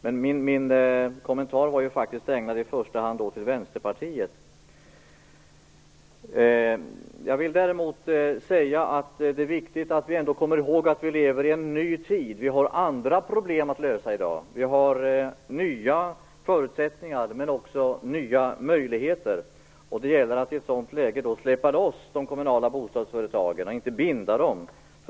Min kommentar var faktiskt i första hand ägnad åt Vänsterpartiet. Det är viktigt att vi kommer ihåg att vi lever i en ny tid. I dag har vi andra problem att lösa. Vi har nya förutsättningar och även nya möjligheter. Det gäller att i det läget släppa loss de kommunala bostadsföretagen, inte att binda dem.